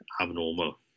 abnormal